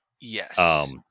Yes